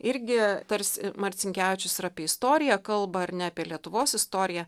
irgi tarsi marcinkevičius ir apie istoriją kalba ar ne apie lietuvos istoriją